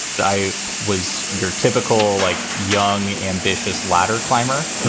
but i was your typical, like, young, ambitious ladder climber, you